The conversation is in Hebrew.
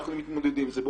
אנחנו מתמודדים עם זה.